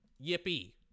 yippee